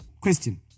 Question